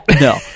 No